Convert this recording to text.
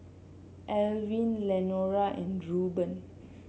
Elwin Lenora and Reuben